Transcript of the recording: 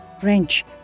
French